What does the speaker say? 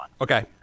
Okay